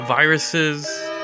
Viruses